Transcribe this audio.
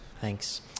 Thanks